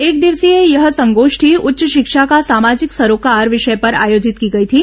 एकदिवसीय यह संगोष्ठी उच्च शिक्षा का सामाजिक सरोकार विषय पर आयोजित की गई थी